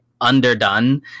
underdone